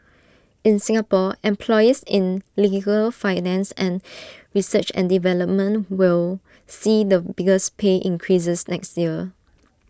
in Singapore employees in legal finance and research and development will see the biggest pay increases next year